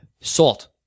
salt